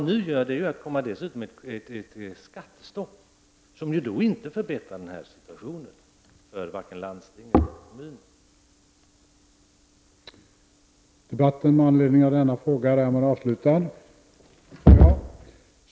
Nu föreslår man dessutom ett skattestopp, vilket inte förbättrar situationen för vare sig landstinget eller kommunerna.